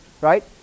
right